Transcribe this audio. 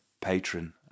patron